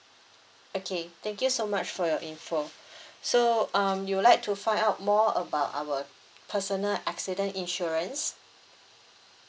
okay thank you so much for your info so um you would like to find out more about our personal accident insurance